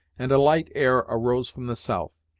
and a light air arose from the south.